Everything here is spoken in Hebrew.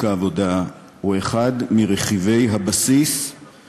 העבודה הם אחד מרכיבי הבסיס החשובים ביותר של